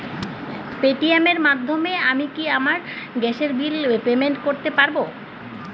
Paytm এর মাধ্যমে আমি কি আমার গ্যাসের বিল পেমেন্ট করতে পারব?